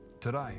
today